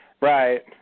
Right